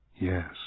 Yes